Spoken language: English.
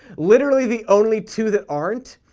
literally the only two that aren't,